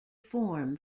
form